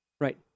Right